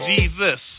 Jesus